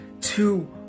two